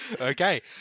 Okay